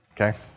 Okay